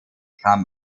kam